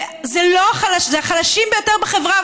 ואלה החלשים ביותר בחברה,